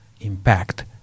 impact